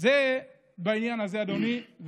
זה בעניין הזה, אדוני.